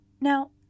Now